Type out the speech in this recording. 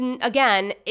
again